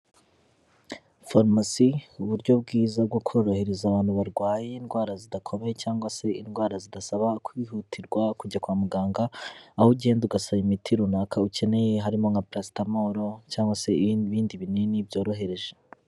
Farumasi uburyo bwiza bwo korohereza abantu barwaye indwara zidakomeye cyangwa se indwara zidasaba kwihutirwa kujya kwa muganga, aho ugenda ugasaba imiti runaka ukeneye harimo nka parasitomoro, cyangwa se ibindi bindi binini byoroheje